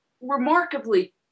remarkably